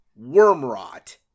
Wormrot